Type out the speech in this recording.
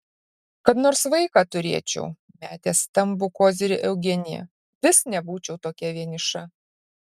kad nors vaiką turėčiau metė stambų kozirį eugenija vis nebūčiau tokia vieniša